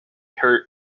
hurt